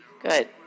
good